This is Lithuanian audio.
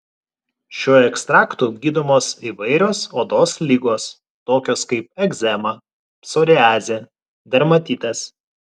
šiuo ekstraktu gydomos įvairios odos ligos tokios kaip egzema psoriazė dermatitas